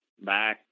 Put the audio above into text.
Bye